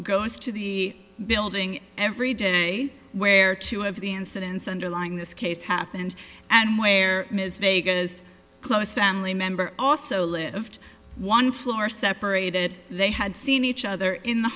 goes to the building every day where two of the incidents underlying this case happened and where ms vega is close family member also lived one floor separated they had seen each other in the